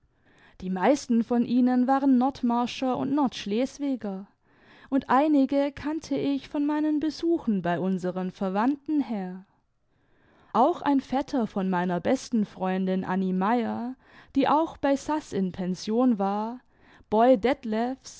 die meisten von ihnen waren nordmarscher imd nordschleswiger und einige kannte ich von meinen besuchen bei unseren verwandten her auch ein vetter von meiner besten freundin anni meier die auch bei saß in pension war boy detlefs